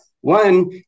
One